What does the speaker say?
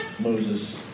moses